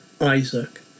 Isaac